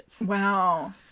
Wow